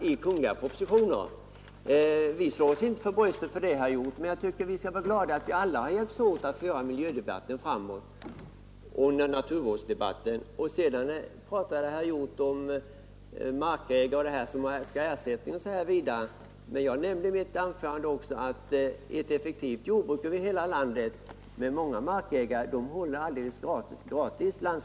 Vi slår oss inte för bröstet för det, herr Hjorth, men vi skall vara glada åt att vi alla har hjälpts åt att föra miljöoch naturvårdsdebatten framåt. Herr Hjorth tog också upp frågan om markägare som önskar ersättning osv. Jag nämnde i mitt anförande att med ett effektivt jordbruk över hela landet håller markägarna landskapet öppet alldeles gratis.